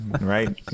right